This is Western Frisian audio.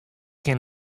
kin